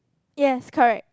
yes correct